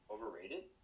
Overrated